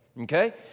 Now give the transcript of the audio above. Okay